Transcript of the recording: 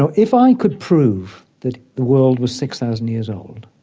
so if i could prove that the world was six thousand years old,